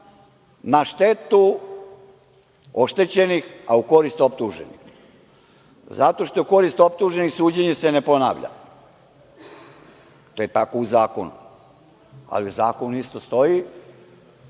na štetu oštećenih, a u korist optuženih. Zato što je u korist optuženih, suđenje se ne ponavlja. To je tako u zakonu, ali u zakonu isto stoji